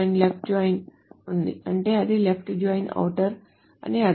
left joint ఉంది అంటే అది లెఫ్ట్ జాయిన్ ఔటర్ అని అర్థం